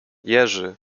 jerzy